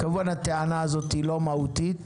כמובן הטענה הזאת היא לא מהותית,